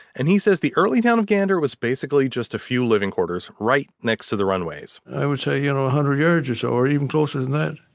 and he says the early town of gander was basically just a few living quarters, right next to the runways i would say one you know hundred yards or so, or even closer than that.